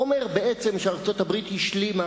אומר שארצות-הברית השלימה